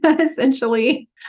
essentially